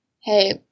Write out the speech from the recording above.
Hey